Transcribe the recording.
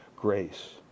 grace